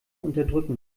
unterdrücken